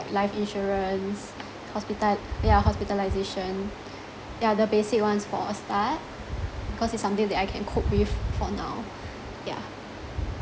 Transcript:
life insurance hospital~ ya hospitalisation ya the basic ones for a start because it's something that I can cope with for now yeah